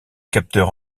capteurs